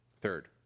Third